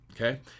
okay